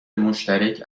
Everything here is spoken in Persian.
مشترک